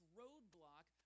roadblock